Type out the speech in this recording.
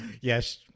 Yes